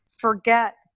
forget